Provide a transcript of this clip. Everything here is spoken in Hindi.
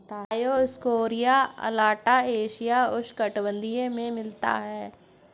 डायोस्कोरिया अलाटा एशियाई उष्णकटिबंधीय में मिलता है